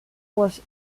was